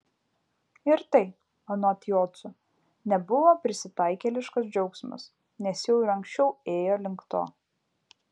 ir tai anot jocų nebuvo prisitaikėliškas džiaugsmas nes jau ir anksčiau ėjo link to